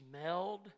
smelled